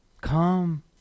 Come